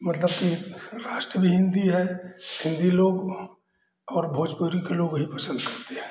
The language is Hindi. मतलब की राष्ट्र भी हिन्दी है हिन्दी लोग और भोजपुरी को ही लोग पसन्द करते हैं